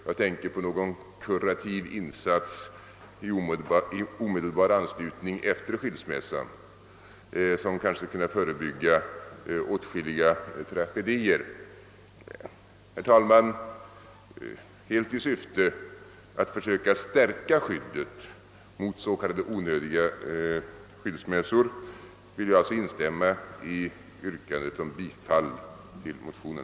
Jag tänker då på någon kurativ insats omedelbart efter skilsmässan, som kanske skulle kunna förebygga åtskilliga tragedier. Herr talman! Helt i syfte att försöka stärka skyddet mot s.k. onödiga skilsmässor vill jag alltså instämma i yrkandet om bifall till motionen.